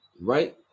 right